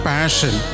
Passion